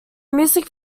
music